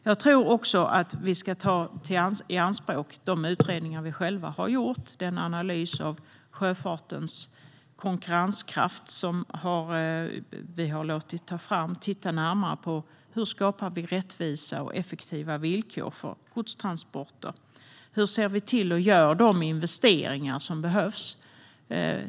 Jag tror också att vi ska ta i anspråk de utredningar vi själva har gjort och den analys av sjöfartens konkurrenskraft vi har låtit ta fram. Den tittar närmare på hur vi skapar rättvisa och effektiva villkor för godstransporter och hur vi ser till att göra de investeringar som behövs.